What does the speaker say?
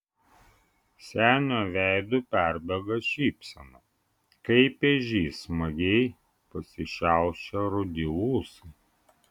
senio veidu perbėga šypsena kaip ežys smagiai pasišiaušę rudi ūsai